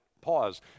pause